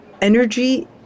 energy